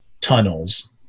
tunnels